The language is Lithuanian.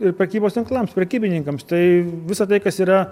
ir prekybos tinklams prekybininkams tai visa tai kas yra